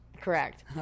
Correct